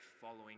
following